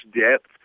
depth